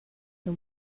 der